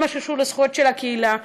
כל מה שקשור לזכויות של הקהילה,